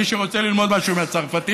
מי שרוצה ללמוד משהו מהצרפתים,